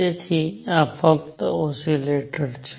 તેથી આ ફક્ત ઓસિલેટર છે